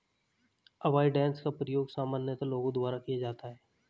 avoidance का प्रयोग सामान्यतः लोगों द्वारा किया जाता है